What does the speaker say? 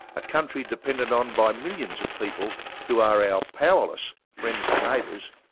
a country depended on by millions of people who are our powerless friends and neighbours,